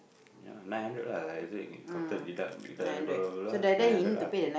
ya nine hundred lah like you said we counted deduct deduct then blah blah blah blah nine hundred lah